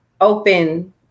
open